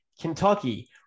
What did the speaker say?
Kentucky